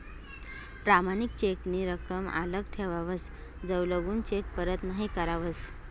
प्रमाणित चेक नी रकम आल्लक ठेवावस जवलगून चेक परत नहीं करावस